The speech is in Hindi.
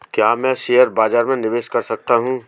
क्या मैं शेयर बाज़ार में निवेश कर सकता हूँ?